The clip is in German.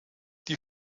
die